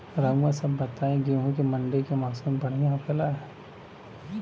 रउआ सभ बताई गेहूँ ठंडी के मौसम में बढ़ियां होखेला?